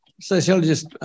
Sociologist